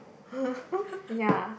ya